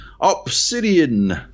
Obsidian